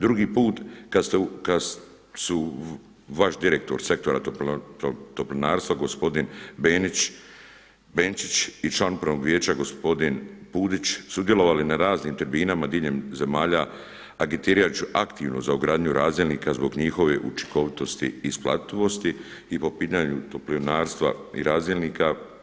Drugi put kad su vaš direktor Sektora toplinarstva gospodin Benčić i član Upravnog vijeća gospodin Pudić sudjelovali na raznim tribinama diljem zemalja agitirajući aktivno za ugradnju razdjelnika zbog njihove učinkovitosti i isplativosti i po pitanju toplinarstva i razdjelnika.